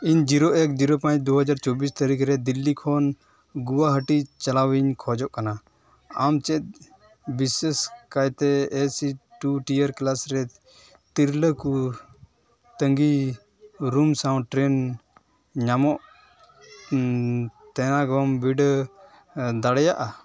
ᱤᱧ ᱡᱤᱨᱳ ᱮᱠ ᱡᱤᱨᱳ ᱯᱟᱸᱪ ᱫᱩ ᱦᱟᱡᱟᱨ ᱪᱚᱵᱵᱤᱥ ᱛᱟᱹᱨᱤᱠᱷ ᱨᱮ ᱫᱤᱞᱞᱤ ᱠᱷᱚᱱ ᱜᱳᱣᱦᱟᱴᱤ ᱪᱟᱞᱟᱣᱤᱧ ᱠᱷᱚᱡᱚᱜ ᱠᱟᱱᱟ ᱟᱢ ᱪᱮᱫ ᱵᱤᱥᱮᱥ ᱠᱟᱭᱛᱮ A C two tier class ᱨᱮ ᱛᱤᱨᱞᱟᱹ ᱠᱚ ᱛᱟᱺᱜᱤ ᱨᱩᱢ ᱥᱟᱶ ᱴᱨᱮᱱ ᱧᱟᱢᱚᱜ ᱛᱮᱱᱟᱜ ᱮᱢ ᱵᱤᱰᱟᱹᱣ ᱫᱟᱲᱮᱭᱟᱜᱼᱟ